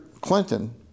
Clinton